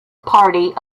party